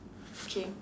K